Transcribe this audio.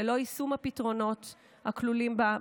ללא יישום הפתרונות הכלולים בה,